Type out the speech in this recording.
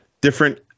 different